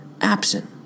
absent